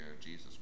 Jesus